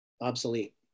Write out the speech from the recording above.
obsolete